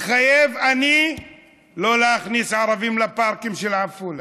מתחייב אני לא להכניס ערבים לפארקים של עפולה,